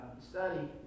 study